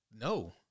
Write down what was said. No